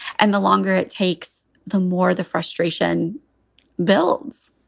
and the longer it takes, the more the frustration builds